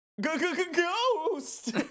Ghost